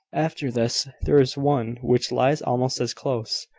after this, there is one which lies almost as close,